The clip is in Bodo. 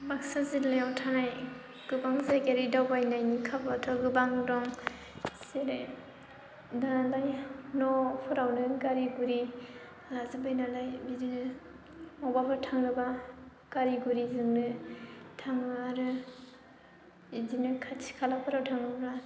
बाक्सा जिल्लायाव थानाय गोबां जायगायारि दावबायनायनि खाबुआथ' गोबां दं जेरै दालाय न' फोरावनो गारि गुरि लाजोबबाय नालाय बिदिनो बबावबाफोर थांनोबा गारि गुरिजोंनो थाङो आरो बिदिनो खाथि खालाफोराव थांनोबा